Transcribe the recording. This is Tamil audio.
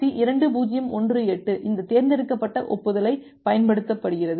RFC 2018 இந்த தேர்ந்தெடுக்கப்பட்ட ஒப்புதலைப் பயன்படுத்துகிறது